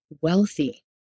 wealthy